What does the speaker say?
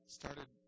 started